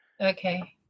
Okay